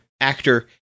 actor